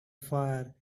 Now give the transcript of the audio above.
fire